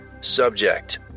Subject